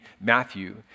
Matthew